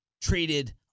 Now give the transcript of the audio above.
treated